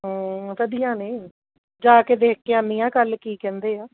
ਵਧੀਆ ਨੇ ਜਾ ਕੇ ਦੇਖ ਕੇ ਆਉਂਦੀ ਹਾਂ ਕੱਲ੍ਹ ਕੀ ਕਹਿੰਦੇ ਆ